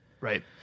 Right